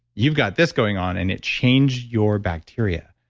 you've got this going on and it changed your bacteria.